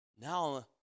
Now